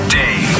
day